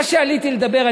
מה שעליתי לומר,